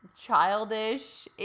childish